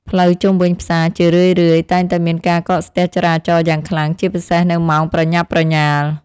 ផ្លូវជុំវិញផ្សារជារឿយៗតែងតែមានការកកស្ទះចរាចរណ៍យ៉ាងខ្លាំង ជាពិសេសនៅម៉ោងប្រញាប់ប្រញាល់។